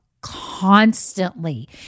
constantly